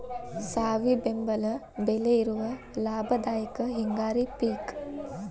ಸಾವಿ ಬೆಂಬಲ ಬೆಲೆ ಇರುವ ಲಾಭದಾಯಕ ಹಿಂಗಾರಿ ಪಿಕ್